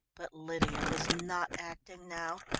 but lydia was not acting now.